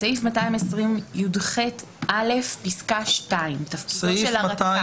בסעיף 220יח(א) פסקה (2), תפקידו של הרכז.